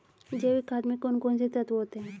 जैविक खाद में कौन कौन से तत्व होते हैं?